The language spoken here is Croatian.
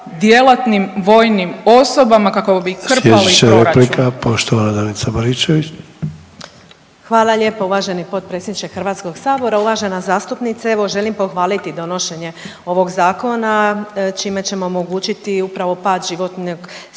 djelatnim vojnim osobama kako bi krpali proračun.